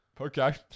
Okay